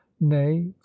nay